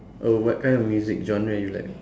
oh what kind of music genre you like